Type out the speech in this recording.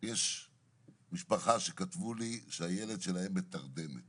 יש משפחה שכתבו לי, שהילד שלהם בתרדמת